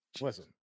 Listen